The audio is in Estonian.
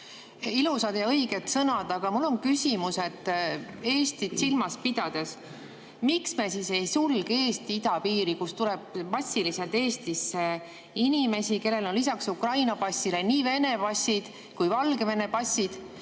Ilusad ja õiged sõnad. Aga mul on küsimus Eestit silmas pidades. Miks me siis ei sulge Eesti idapiiri, kust tuleb massiliselt Eestisse inimesi, kellel on lisaks Ukraina passile nii Vene pass kui ka Valgevene pass?